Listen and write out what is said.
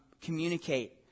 communicate